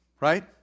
right